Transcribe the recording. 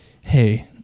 Hey